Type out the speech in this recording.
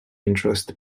interest